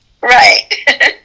Right